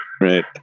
right